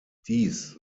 dies